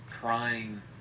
trying